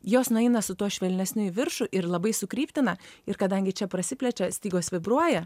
jos nueina su tuo švelnesniu į viršų ir labai sukryptina ir kadangi čia prasiplečia stygos vibruoja